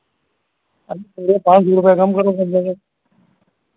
अरे पूरे लोग हैं कम